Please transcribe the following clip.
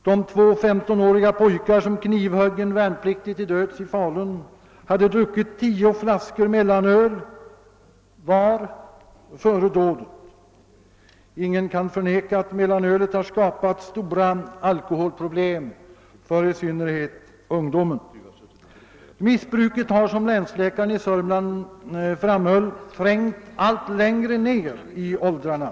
De två 15-åriga poijkar som knivhögg en värnpliktig till döds i Falun hade före dådet druckit 10 flaskor mellanöl var. Ingen kan förneka att mellanölet har skapat stora alkoholproblem för i synnerhet ungdomen. Missbruket har, som länsläkaren i Sörmland framhåller, trängt allt längre ned i åldrarna.